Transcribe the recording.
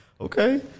Okay